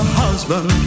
husband